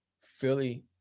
philly